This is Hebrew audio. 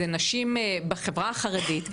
זה נשים מהחברה החרדית,